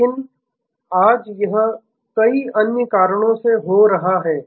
लेकिन आज यह कई अन्य कारणों से हो रहा है